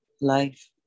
life